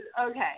okay